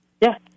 Yes